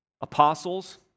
apostles